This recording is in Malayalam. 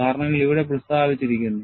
കാരണങ്ങൾ ഇവിടെ പ്രസ്താവിച്ചിരിക്കുന്നു